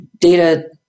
data